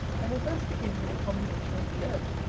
and will first begin with a commendation of the earth,